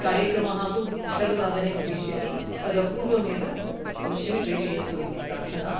कार्यक्रमः तु षड्वादने भविष्यति तद् पूर्वमेव अवश्यं प्रेषयन्तु इति प्रार्थना